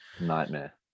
nightmare